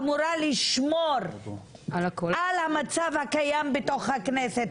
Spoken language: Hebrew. אמורה לשמור על המצב הקיים בתוך הכנסת,